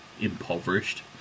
impoverished